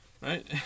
Right